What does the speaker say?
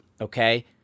okay